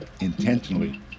intentionally